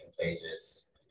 contagious